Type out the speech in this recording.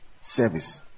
Service